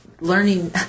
learning